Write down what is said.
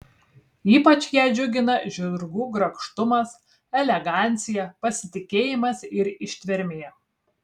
ypač ją džiugina žirgų grakštumas elegancija pasitikėjimas ir ištvermė